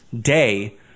day